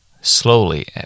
slowly